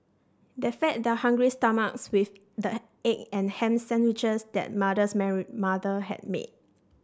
they fed their hungry stomachs with the egg and ham sandwiches that mother's Mary mother had made